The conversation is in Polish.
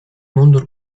mundur